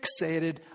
fixated